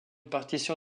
partition